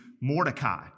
Mordecai